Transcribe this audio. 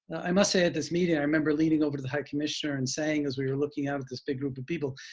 i must say at this meeting i remember leaning over to the high commissioner and saying as we were looking out at this big group of people,